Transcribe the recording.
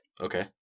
Okay